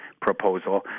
proposal